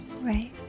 Right